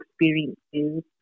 experiences